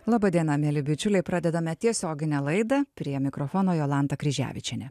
laba diena mieli bičiuliai pradedame tiesioginę laidą prie mikrofono jolantą kryževičienė